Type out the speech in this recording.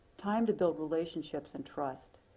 time to build relationships and trust.